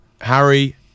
Harry